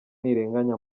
ntirenganya